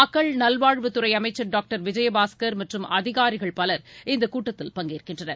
மக்கள் நல்வாழ்வுத்துறை அமைச்சர் டாக்டர் விஜயபாஸ்கர் மற்றும் அதிகாரிகள் பவர் இந்தக் கூட்டத்தில் பங்கேற்கின்றனர்